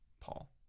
Paul